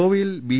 ഗോവയിൽ ബി